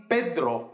Pedro